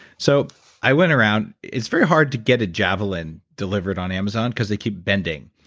so i went around, it's very hard to get a javelin delivered on amazon because they keep bending.